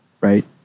right